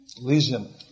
lesion